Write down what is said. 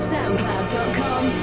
SoundCloud.com